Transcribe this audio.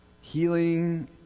healing